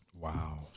Wow